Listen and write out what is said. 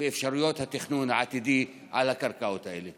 ואפשרויות התכנון העתידי על הקרקעות האלה.